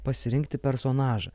pasirinkti personažą